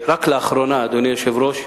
רק לאחרונה, אדוני היושב-ראש,